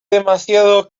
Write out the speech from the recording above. demasiado